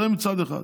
זה, מצד אחד.